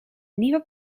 nieuwe